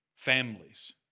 Families